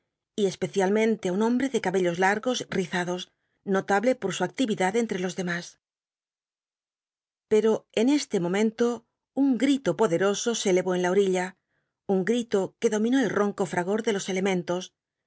y especialmente á un hombre de largos cabellos rizados notable por su actividad entre los demas pero en este momento un grito poderoso se eleyó en la orilla un grito que dominó el ronco fragor de los elementos